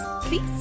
please